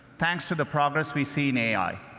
thanks to the progress we see in ai.